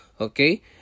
okay